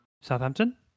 Southampton